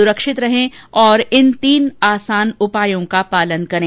सुरक्षित रहें और इन तीन आसान उपायों का पालन करें